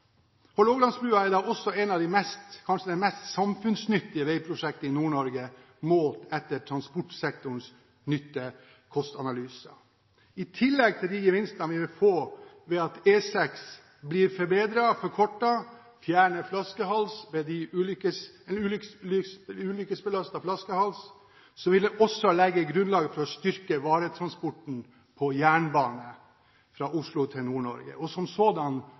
Hålogalandsbrua er da også kanskje det mest samfunnsnyttige veiprosjektet i Nord-Norge målt etter transportsektorens nytte–kost-analyse. I tillegg til de gevinstene vi vil få ved at E6 blir forbedret og forkortet, og at en ulykkesbelastet flaskehals blir fjernet, vil det legge grunnlaget for å styrke varetransporten på jernbane fra Oslo til